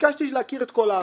ביקשתי להכיר את כל הארבעה.